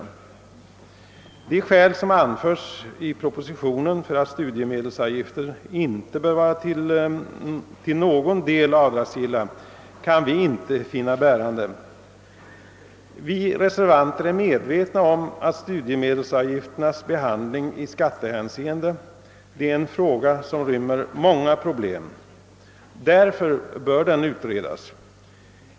De skäl som anförs i propositionen för att studiemedelsavgifterna inte till någon del bör vara avdragsgilla finner vi inte bärande. Vi reservanter är medvetna om att studiemedelsavgifternas behandling i skattehänseende är en fråga som rymmer många problem; därför bör den utredas.